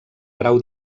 grau